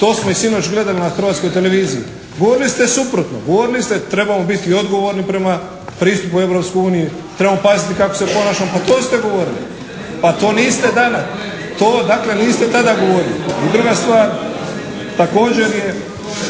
to smo i sinoć gledali na Hrvatskoj televiziji. Govorili ste suprotno. Govorili ste trebamo biti odgovorni prema pristupu Europskoj uniji, trebamo paziti kako se ponašamo, pa to ste govorili. … /Upadica se ne čuje./ … To dakle niste tada govorili. I druga stvar, također je